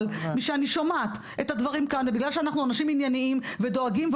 אבל משאני שומעת את הדברים כאן ובגלל שאנחנו אנשים ענייניים ודואגים,